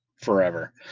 forever